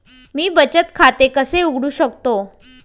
मी बचत खाते कसे उघडू शकतो?